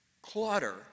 Clutter